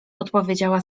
odpowiedziała